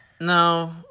No